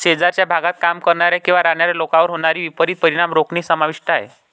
शेजारच्या भागात काम करणाऱ्या किंवा राहणाऱ्या लोकांवर होणारे विपरीत परिणाम रोखणे समाविष्ट आहे